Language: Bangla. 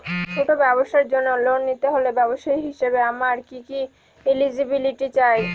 ছোট ব্যবসার জন্য লোন নিতে হলে ব্যবসায়ী হিসেবে আমার কি কি এলিজিবিলিটি চাই?